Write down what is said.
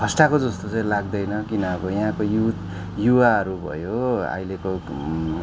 फस्टाएको जस्तो चाहिँ लाग्दैन किन अब यहाँको युथ य़ुवाहरू भयो अहिलेको